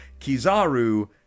Kizaru